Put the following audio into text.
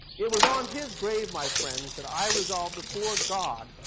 it was on his grave my friends, that i resolve before god,